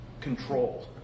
control